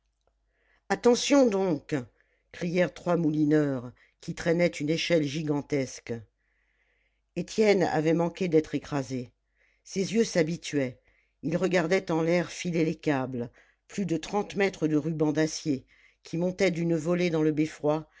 attention donc crièrent trois moulineurs qui traînaient une échelle gigantesque étienne avait manqué d'être écrasé ses yeux s'habituaient il regardait en l'air filer les câbles plus de trente mètres de ruban d'acier qui montaient d'une volée dans le beffroi